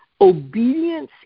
Obedience